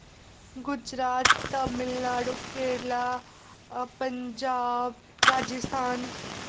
Gujarat Tamil Nadu Kerala Punjab Rajasthan